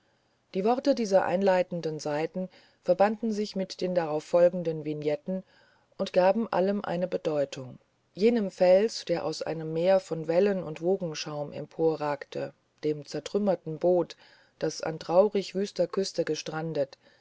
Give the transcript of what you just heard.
die worte dieser einleitenden seiten verbanden sich mit den darauf folgenden vignetten und gaben allen eine bedeutung jenem felsen der aus einem meer von wellen und wogenschaum emporragte dem zertrümmerten boote das an traurig wüster küste gestrandet